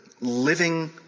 living